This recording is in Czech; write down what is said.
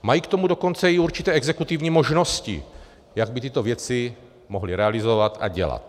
Mají k tomu dokonce i určité exekutivní možnosti, jak by tyto věci mohly realizovat a dělat.